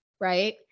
right